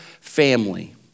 family